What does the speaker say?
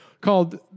called